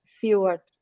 fewer